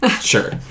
sure